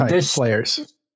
players